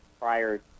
prior